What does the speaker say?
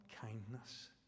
kindness